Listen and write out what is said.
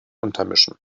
untermischen